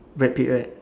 brad pitt right